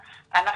התופעה.